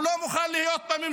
הוא לא מוכן להיות בממשלה.